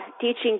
teaching